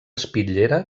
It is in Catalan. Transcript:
espitllera